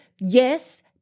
yes